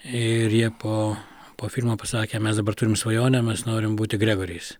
ir jie po po filmo pasakė mes dabar turim svajonę mes norim būti gregoriais